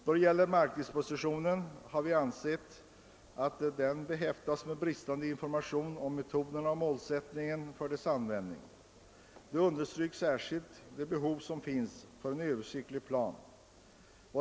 Vad det gäller markdispositionen har vi ansett att den varit behäftad med bristande information om metoderna och målsättningen för dess användning. Vi understryker särskilt det behov som finns av en översiktlig plan.